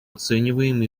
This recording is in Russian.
оцениваем